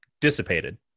dissipated